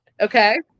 Okay